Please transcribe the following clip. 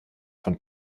von